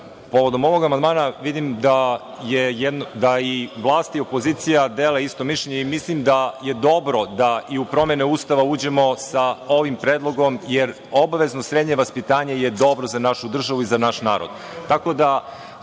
povodom ovoga amandmana vidim da i vlast i opozicija deli isto mišljenje i mislim da je dobro da i u promene Ustava uđemo sa ovim predlogom, jer obavezno srednje vaspitanje je dobro za našu državu i naš narod. Što